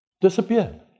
disappeared